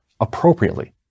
appropriately